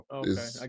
okay